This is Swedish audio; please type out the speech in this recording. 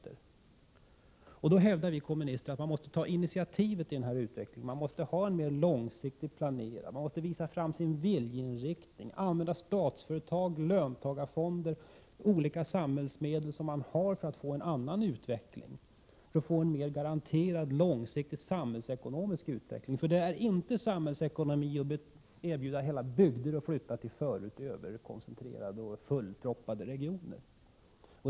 Vi kommunister hävdar därför att regeringen måste ta initiativet i denna utveckling och ha en mer långsiktig planering, visa sin viljeinriktning, använda statsföretag, löntagarfonder och olika samhällsmedel som finns för att åstadkomma en annan utveckling och för att få en mer garanterat långsiktig samhällsekonomisk utveckling. Det är inte samhällsekonomiskt att erbjuda hela bygder att flytta till överkoncentrerade och fullproppade regioner.